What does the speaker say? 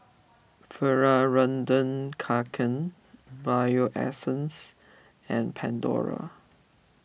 Fjallraven Kanken Bio Essence and Pandora